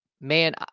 man